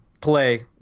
play